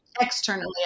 externally